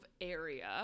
area